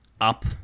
up